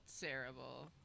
terrible